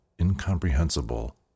incomprehensible